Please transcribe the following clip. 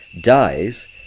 dies